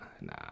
Nah